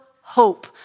hope